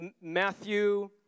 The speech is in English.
Matthew